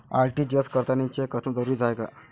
RTGS करतांनी cheque असनं जरुरीच हाय का?